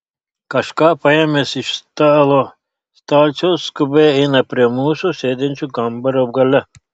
kažką paėmęs iš stalo stalčiaus skubiai eina prie mūsų sėdinčių kambario gale